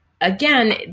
again